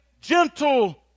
gentle